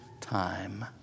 time